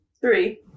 Three